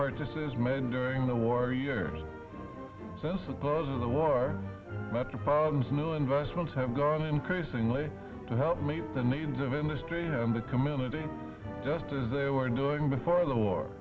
as men during the war years since opposing the war metropolitans new investments have gone increasingly to help meet the needs of industry and the community just as they were doing before the war